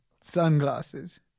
Sunglasses